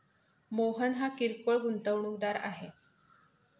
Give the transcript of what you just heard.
मोहन हा किरकोळ गुंतवणूकदार आहे